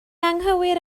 anghywir